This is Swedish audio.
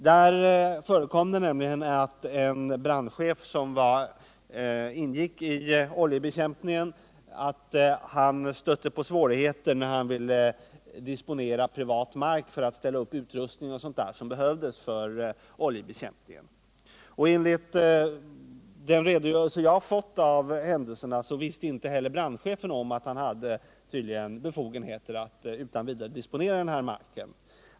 En brandchef som medverkade i bekämpningen av oljeutsläppet stötte nämligen på svårigheter när han ville disponera privat mark för att ställa upp utrustning och annat som behövdes för oljebekämpningen. Enligt den redogörelse jag fått för händelserna visste inte heller brandchefen om att han hade befogenheter att utan vidare disponera denna mark.